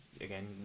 again